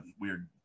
weird